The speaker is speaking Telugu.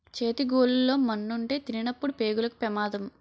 చేతి గోళ్లు లో మన్నుంటే తినినప్పుడు పేగులకు పెమాదం